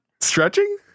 Stretching